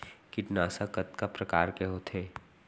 कीटनाशक कतका प्रकार के होथे?